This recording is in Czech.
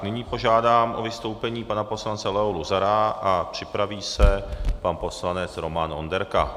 Nyní požádám o vystoupení pana poslance Leo Luzara a připraví se pan poslanec Roman Onderka.